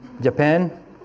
Japan